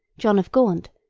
john of gaunt,